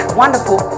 wonderful